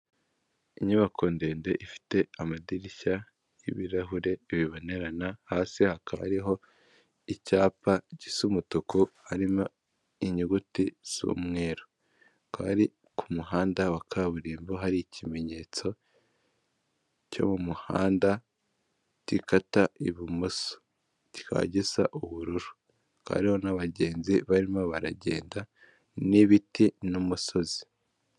Inyubako ndende ifite amadirishya y'ibirahure bibonerana, hasi hakaba hariho icyapa gisa umutuku harimo inyuguti z'umweru, akaba ari ku muhanda wa kaburimbo hari ikimenyetso cyo mu muhanda gikata ibumoso cyikaba gisa ubururu hakaba hariho n'abagenzi barimo baragenda n'ibiti n'umusozi.